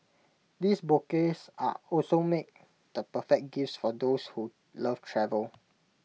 these bouquets are also make the perfect gifts for those who love travel